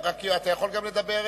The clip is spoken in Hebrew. אתה יכול גם לדבר,